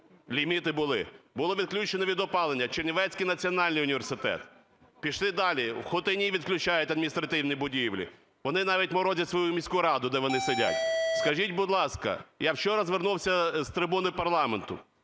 ліміти були. Було відключено від опалення Чернівецький національний університет. Пішли далі – у Хотині відключають адміністративні будівлі. Вони навіть морозять свою міську раду, де вони сидять. Скажіть, будь ласка, я вчора звернувся з трибуни парламенту